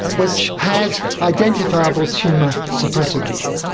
which has identifiable tumour suppressor genes.